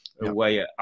away